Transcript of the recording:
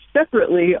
separately